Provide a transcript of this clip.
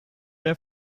der